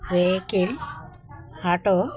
vehicle auto